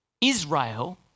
Israel